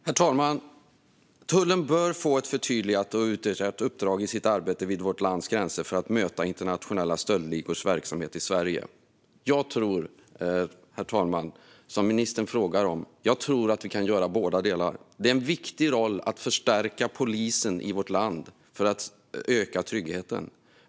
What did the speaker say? Herr talman! Tullen bör få ett förtydligat och utökat uppdrag i sitt arbete vid vårt lands gränser för att möta internationella stöldligors verksamhet i Sverige. Vad gäller det som ministern frågar om, herr talman, tror jag att vi kan göra båda delar. Det är viktigt att förstärka polisens roll för att öka tryggheten i vårt land.